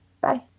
Bye